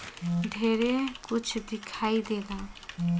ढेरे कुछ दिखाई देला